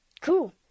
cool